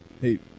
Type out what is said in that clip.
hey